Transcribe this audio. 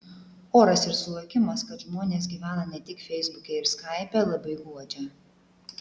oras ir suvokimas kad žmonės gyvena ne tik feisbuke ir skaipe labai guodžia